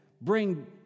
bring